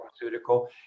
pharmaceutical